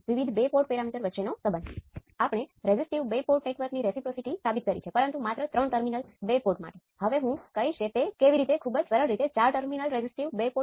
ચાલો હવે મને એક ઉદાહરણ લેવા દો